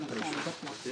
המשרד לביטחון פנים.